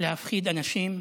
להפחיד אנשים,